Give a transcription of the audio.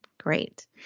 Great